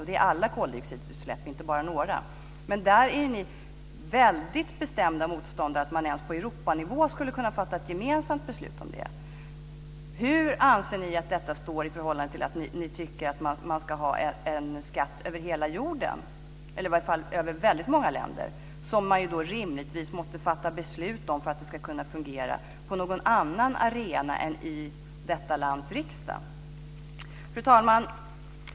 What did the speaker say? Det är alla koldioxidutsläpp, inte bara några. Men där är ni väldigt bestämda motståndare till att man ens på Europanivå skulle fatta ett gemensamt beslut om det. Hur anser ni att detta står i förhållande till att ni tycker att man ska ha en skatt över hela jorden, eller i varje fall över väldigt många länder, som det rimligtvis måste fattas beslut om för att den ska fungera på någon annan arena än i detta lands riksdag? Fru talman!